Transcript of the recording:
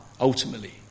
Ultimately